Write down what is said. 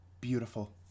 beautiful